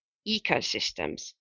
ecosystems